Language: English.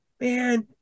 Man